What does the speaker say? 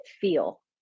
feel